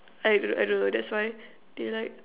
I don't I don't know that's why daylight